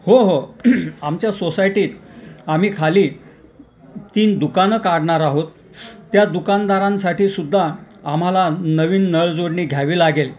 हो हो आमच्या सोसायटीत आम्ही खाली तीन दुकानं काढणार आहोत त्या दुकानदारांसाठीसुद्धा आम्हाला नवीन नळजोडणी घ्यावी लागेल